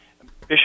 Bishop